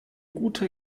guter